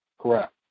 Correct